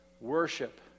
worship